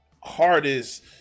hardest